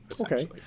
Okay